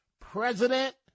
president